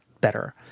better